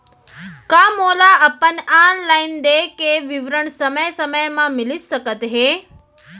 का मोला अपन ऑनलाइन देय के विवरण समय समय म मिलिस सकत हे?